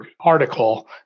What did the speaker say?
article